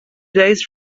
days